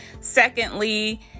Secondly